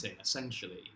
essentially